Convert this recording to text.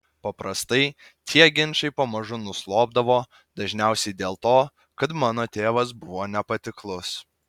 paprastai tie ginčai pamažu nuslopdavo dažniausiai dėl to kad mano tėvas buvo nepatiklus